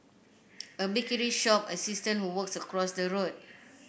a bakery shop assistant who works across the road